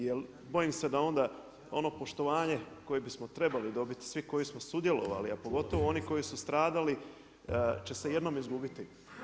Jer bojim se da onda ono poštovanje koje smo trebali dobiti svi koji smo sudjelovali, a pogotovo oni koji su stradali će se jednom izgubiti.